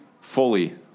fully